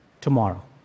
tomorrow